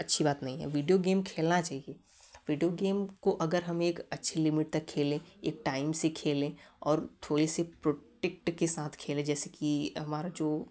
अच्छी बात नहीं है विडिओ गेम खेलना चाहिए विडिओ गेम को अगर हम एक अच्छे लिमिट तक खेले एक टाइम से खेले और थोड़े से प्रोटेक्ट के साथ खेले जैसे कि हमारा जो